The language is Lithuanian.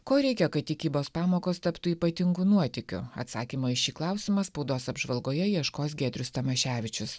ko reikia kad tikybos pamokos taptų ypatingu nuotykiu atsakymo į šį klausimą spaudos apžvalgoje ieškos giedrius tamaševičius